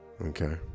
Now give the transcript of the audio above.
okay